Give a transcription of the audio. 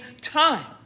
time